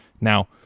Now